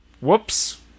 Whoops